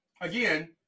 Again